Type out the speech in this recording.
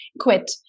quit